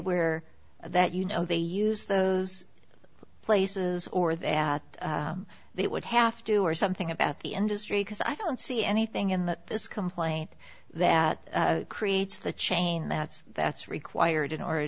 where that you know they use those places or that they would have to or something about the industry because i don't see anything in that this complaint that creates the chain that's that's required in order